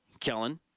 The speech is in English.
Kellen